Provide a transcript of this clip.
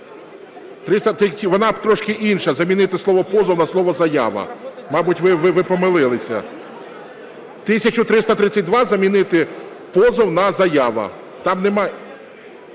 Вона трошки інша, замінити слово "позов" на слово "заява". Мабуть, ви помилилися. 1332. "Замінити позов на заява…"